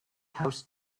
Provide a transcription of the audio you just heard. house